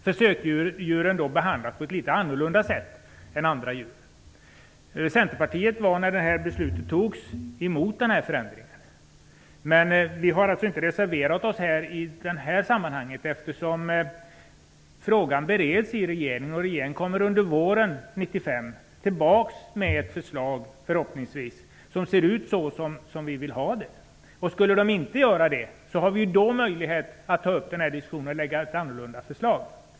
Försöksdjuren behandlas på ett annorlunda sätt än andra djur. Centerpartiet var emot denna förändring när beslutet fattades. Men vi har inte reserverat oss i det här sammanhanget eftersom frågan bereds i regeringen. Regeringen kommer under våren 1995 att komma tillbaka med ett förslag, som förhoppningsvis kommer att se ut som vi vill ha det. Skulle regeringen inte göra så, har vi då möjlighet att ta upp frågan på nytt till diskussion och lägga fram ett annorlunda förslag.